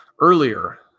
earlier